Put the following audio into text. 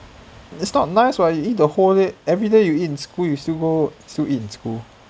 it's not nice when you eat whole day everyday you eat in school you still go you still eat in school